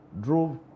drove